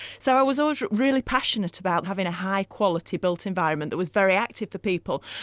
so i was always really passionate about having a high-quality built environment that was very active for people.